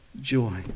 joy